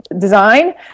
design